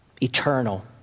eternal